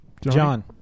John